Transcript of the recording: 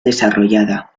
desarrollada